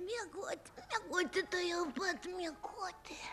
miegoti miegoti tuojau pat miegoti